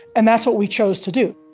and that's what we chose to do